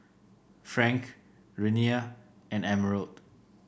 Frank Renea and Emerald